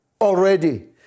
already